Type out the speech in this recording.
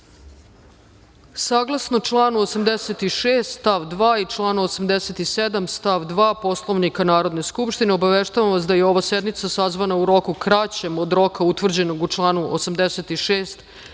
članu 86. stav 2. i članu 87. stav 2. Poslovnika Narodne skupštine, obaveštavamo vas da je ova sednica sazvana u roku kraćem od roka utvrđenog u članu 86. stav 1.